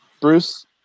Bruce